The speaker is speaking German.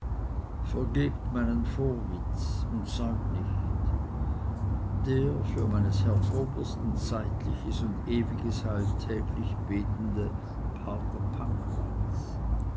vergebt meinen vorwitz und säumt nicht der für meines herrn obersten zeitliches und ewiges heil täglich betende